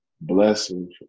blessing